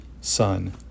son